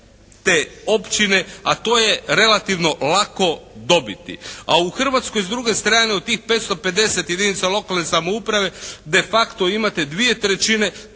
te općine, a to je relativno lako dobiti, a u Hrvatskoj s druge strane od tih 550 jedinica lokalne samouprave de facto imate dvije trećine